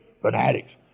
fanatics